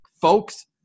folks